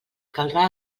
caldrà